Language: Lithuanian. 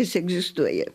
jis egzistuoja